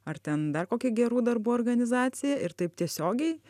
ar ten dar kokią gerų darbų organizaciją ir taip tiesiogiai